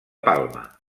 palma